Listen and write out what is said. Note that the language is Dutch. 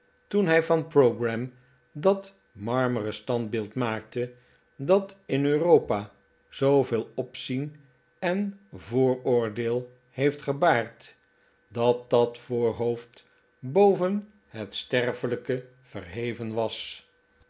toen hij van pogram dat marmeren standbeeld maakte dat in europa zooveel opzien en vooroordeel heeft gebaard dat dat voorhoofd boven het sterfelijke verheven was